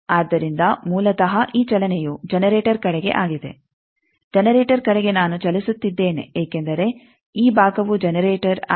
ಆದ್ದರಿಂದ ಮೂಲತಃ ಈ ಚಲನೆಯು ಜನರೇಟರ್ ಕಡೆಗೆ ಆಗಿದೆ ಜನರೇಟರ್ ಕಡೆಗೆ ನಾನು ಚಲಿಸುತ್ತಿದ್ದೇನೆ ಏಕೆಂದರೆ ಈ ಭಾಗವು ಜನರೇಟರ್ ಆಗಿದೆ